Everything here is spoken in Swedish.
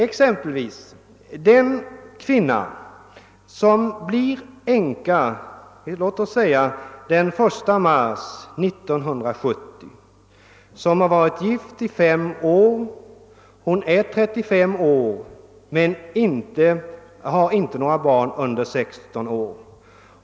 Låt mig som exempel nämna en 35-årig kvinna utan barn under 16 år, vilken blir änka den 1 mars 1970 och vilken varit gift i fem år.